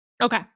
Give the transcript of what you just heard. Okay